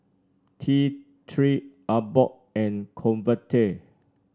T Three Abbott and Convatec